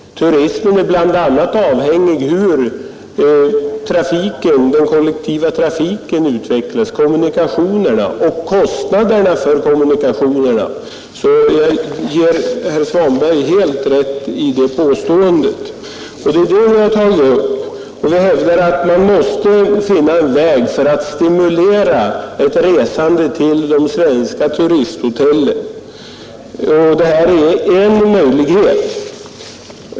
Den är bl.a. beroende av hur de kollektiva kommunikationerna utvecklas och av kostnaderna för kommunikationerna. Jag ger alltså herr Svanberg helt rätt i det påståendet. Vi hävdar att man måste finna en väg för att stimulera ett resande till de svenska turisthotellen, och vi har alltså angett en möjlighet.